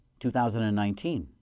2019